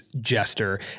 Jester